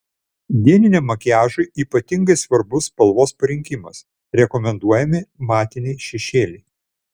dieniniam makiažui ypatingai svarbus spalvos parinkimas rekomenduojami matiniai šešėliai